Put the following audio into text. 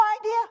idea